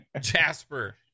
Jasper